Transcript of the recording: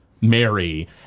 Mary